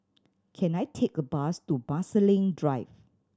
can I take a bus to Marsiling Drive